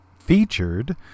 Featured